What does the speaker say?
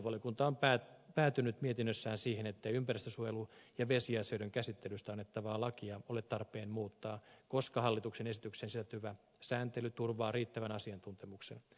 hallintovaliokunta on päätynyt mietinnössään siihen ettei ympäristönsuojelu ja vesiasioiden käsittelystä annettavaa lakia ole tarpeen muuttaa koska hallituksen esitykseen sisältyvä sääntely turvaa riittävän asiantuntemuksen